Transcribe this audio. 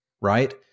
Right